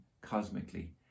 cosmically